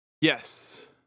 Yes